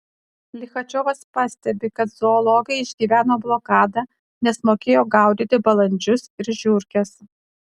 lichačiovas pastebi kad zoologai išgyveno blokadą nes mokėjo gaudyti balandžius ir žiurkes